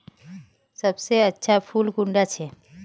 सबसे अच्छा फुल कुंडा छै?